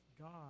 God